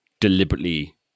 deliberately